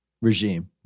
regime